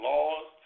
Laws